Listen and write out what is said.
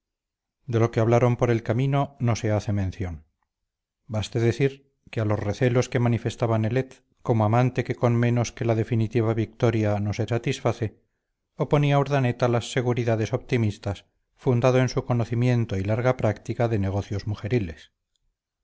de lo que hablaron por el camino no se hace mención baste decir que a los recelos que manifestaba nelet como amante que con menos que la definitiva victoria no se satisface oponía urdaneta las seguridades optimistas fundado en su conocimiento y larga práctica de negocios mujeriles